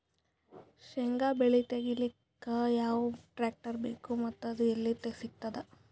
ಶೇಂಗಾ ಬೆಳೆ ತೆಗಿಲಿಕ್ ಯಾವ ಟ್ಟ್ರ್ಯಾಕ್ಟರ್ ಬೇಕು ಮತ್ತ ಅದು ಎಲ್ಲಿ ಸಿಗತದ?